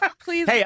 please